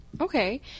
Okay